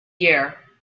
year